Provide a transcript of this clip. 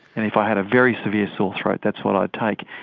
and if i had a very severe sore throat that's what i'd take.